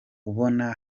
ubona